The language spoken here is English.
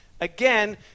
Again